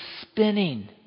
spinning